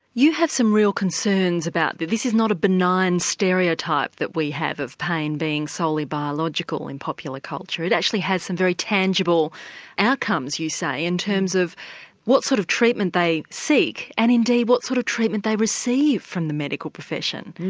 you have some real concerns about this is not a benign stereotype that we have of pain being solely biological in popular culture, it actually has some very tangible outcomes you say, in terms of what sort of treatment they seek, and indeed what sort of treatment they receive from the medical profession.